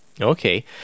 Okay